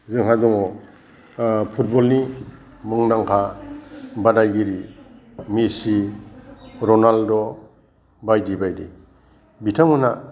जोंहा दङ फुटबलनि मुंदांखा बादायगिरि मेसि रनाल्द' बायदि बायदि बिथांमोना